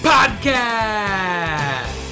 Podcast